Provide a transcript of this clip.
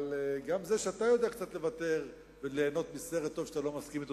אבל גם זה שאתה יודע קצת לוותר וליהנות מסרט טוב שאתה לא מסכים לו,